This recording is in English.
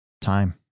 time